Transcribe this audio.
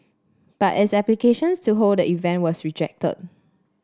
but its applications to hold the event was rejected